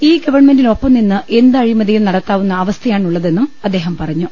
ഈ ഗവൺമെന്റിനൊപ്പം നിന്ന് എന്ത് അഴിമതിയും നടത്താവുന്ന അവസ്ഥയാണുള്ളതെന്നും അദ്ദേഹം പറഞ്ഞു